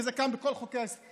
כי זה קיים בכל חוקי ישראל,